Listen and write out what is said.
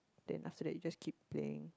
then after that you just keep playing